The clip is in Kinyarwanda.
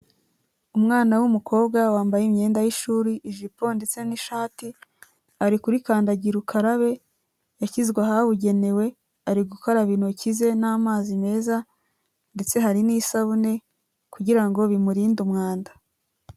Umwana w'umukobwa wambaye imyenda y'ishuri, ijipo ndetse n'ishati ari kuri kandagira ukarabe yashyizwe ahabugenewe ari gukaraba intoki ze n'amazi meza ndetse hari n'isabune kugira ngo bimurinde umwanda.